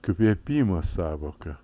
kvėpimo sąvoka